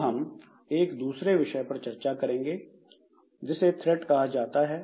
अब हम एक दूसरे विषय पर चर्चा करेंगे जिसे थ्रेड thread कहा जाता है